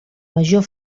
major